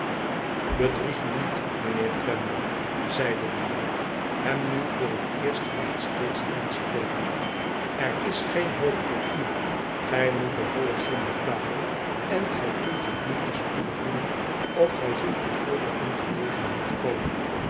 u niet mijnheer twemlow zeide de jood hem nu voor het eerst rechtstreeks aansprekende r is geen hoop voor u gij moet de volle som betalen en gij kunt het niet te spoedig doen of gij zult in groote ongelegenheid komen